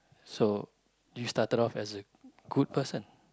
so you started off as a good person